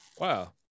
Wow